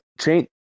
Chain